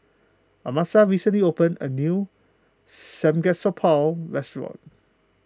Amasa recently opened a new Samgyeopsal restaurant